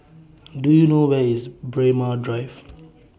Do YOU know Where IS Braemar Drive